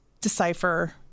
decipher